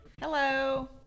Hello